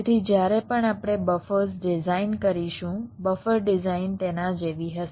તેથી જ્યારે પણ આપણે બફર્સ ડિઝાઇન કરીશું બફર ડિઝાઇન તેના જેવી હશે